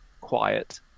quiet